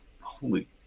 holy